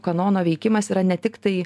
kanono veikimas yra ne tiktai